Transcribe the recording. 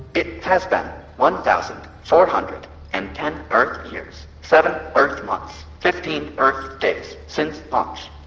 it has been one thousand, four hundred and ten earth years, seven earth months, fifteen earth days since launch